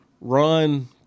run